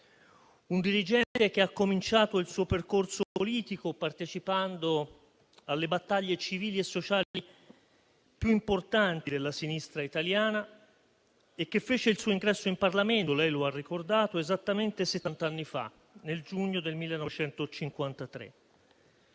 un dirigente che ha iniziato il suo percorso politico partecipando alle battaglie civili e sociali più importanti della sinistra italiana. Egli fece il suo ingresso in Parlamento, come lei ha ricordato, esattamente settant'anni fa, nel giugno 1953,